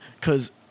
Cause